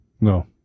No